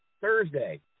thursday